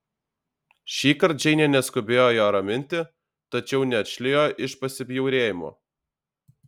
šįkart džeinė neskubėjo jo raminti tačiau neatšlijo iš pasibjaurėjimo